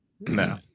No